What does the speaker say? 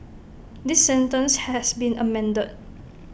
this sentence has been amended